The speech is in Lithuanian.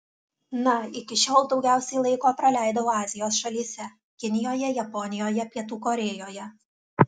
na iki šiol daugiausiai laiko praleidau azijos šalyse kinijoje japonijoje pietų korėjoje